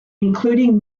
including